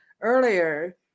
earlier